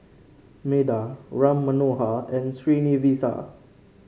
Medha Ram Manohar and Srinivasa